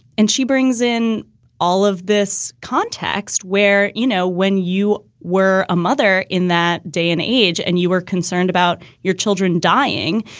and she brings in all of this context where, you know, when you were a mother in that day and age and you were concerned about your children dying,